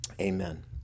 amen